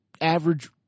average